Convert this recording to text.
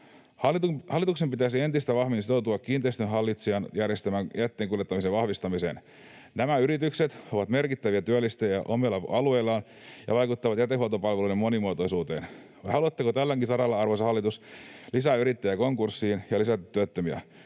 Hallituksen pitäisi entistä vahvemmin sitoutua kiinteistön hallitsijan järjestämän jätteenkuljettamisen vahvistamiseen. Nämä yritykset ovat merkittäviä työllistäjiä omilla alueillaan ja vaikuttavat jätehuoltopalveluiden monimuotoisuuteen. Haluatteko tälläkin saralla, arvoisa hallitus, lisää yrittäjiä konkurssiin ja lisää työttömiä?